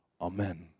amen